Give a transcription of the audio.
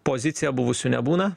poziciją buvusių nebūna